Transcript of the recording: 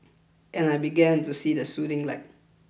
and I began to see the soothing light